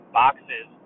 boxes